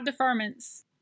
deferments